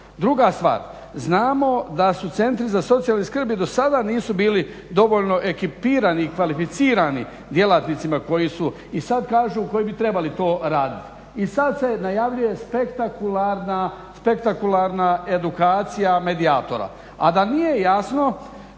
Druga stvar, znamo da centri za socijalnu skrb i do sada nisu bili dovoljno ekipirani i kvalificirani djelatnicima koji su i sad kažu koji bi trebali to raditi. I sad se najavljuje spektakularna edukacija medijatora, a da nije jasno